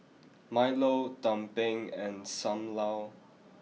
Milo Tumpeng and Sam Lau